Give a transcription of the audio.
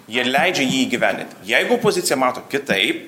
jie leidžia jį įgyvendinti jeigu opozicija mato kitaip